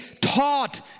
taught